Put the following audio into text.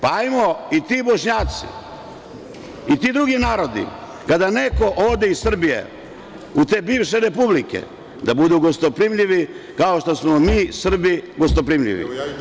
Pa hajde i ti Bošnjaci i ti drugi narodi, kada neko ode iz Srbije u te bivše republike, da budu gostoprimljivi kao što smo mi Srbi gostoprimljivi.